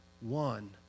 one